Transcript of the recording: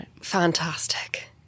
fantastic